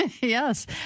Yes